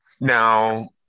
Now